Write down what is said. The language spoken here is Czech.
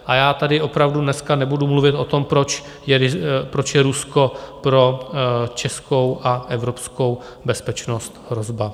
A já tady opravdu dneska nebudu mluvit o tom, proč je Rusko pro českou a evropskou bezpečnost hrozba.